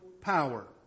power